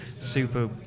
super